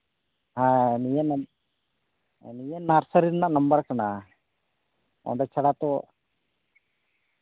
ᱦᱮᱸ ᱱᱤᱭᱟᱹ ᱱᱟᱨᱥᱟᱨᱤ ᱨᱮᱭᱟᱜ ᱱᱟᱢᱵᱟᱨ ᱠᱟᱱᱟ ᱚᱸᱰᱮ ᱪᱷᱟᱲᱟ ᱛᱚ